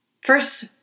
first